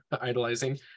Idolizing